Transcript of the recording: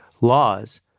Laws